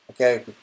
Okay